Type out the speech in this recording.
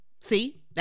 See